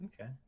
Okay